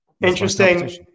Interesting